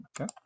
Okay